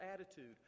attitude